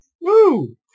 Woo